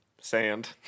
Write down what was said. Sand